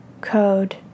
code